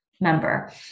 member